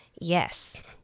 Yes